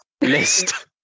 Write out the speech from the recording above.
list